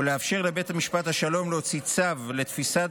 ולאפשר לבית משפט השלום להוציא צו לתפיסת